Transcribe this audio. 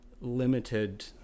limited